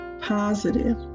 positive